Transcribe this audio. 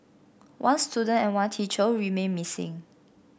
one student and one teacher remain missing